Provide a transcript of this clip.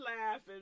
laughing